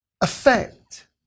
effect